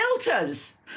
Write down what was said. filters